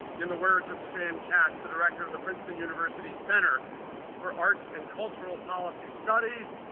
in the words of stan katz, the director of the princeton university center for arts and cultural policy studies,